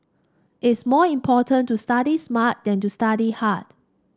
it's more important to study smart than to study hard